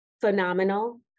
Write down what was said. phenomenal